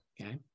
Okay